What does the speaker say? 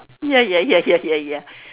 ya ya yes yes ya ya